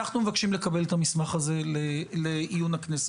אנחנו מבקשים לקבל את המסמך הזה לעיון הכנסת.